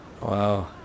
Wow